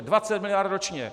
Dvacet miliard ročně!